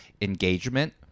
engagement –